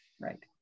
Right